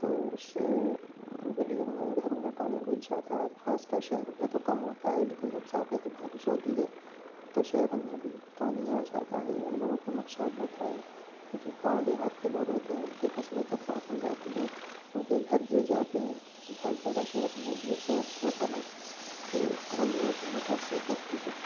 تو اس گلی میں گھروں میں پانی گھس جاتا ہے خاص کر شہروں میں تو کم ہوتا ہے لیکن جب زیادہ ہی بارش ہوتی ہے تو شہروں میں بھی پانی آ جاتا ہے اور لوگوں کو نقصان ہوتا ہے اور جو گاؤں دیہات کے لوگ ہوتے ہیں ان کی فصلیں برباد ہو جاتی ہیں ان کے گھر گر جاتے ہیں بعض جگہ شہروں میں بھی ایسا ہوتا ہے کہ اور لوگوں کو متاثر کرتی ہے